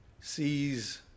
sees